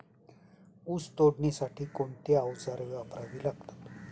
ऊस तोडणीसाठी कोणती अवजारे वापरावी लागतात?